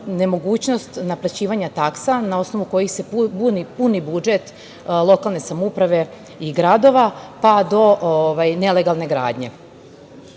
nemogućnost naplaćivanja taksa na osnovu kojih se puni budžet lokalne samouprave i gradova, pa do nelegalne gradnje.Za